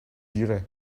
dirai